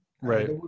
Right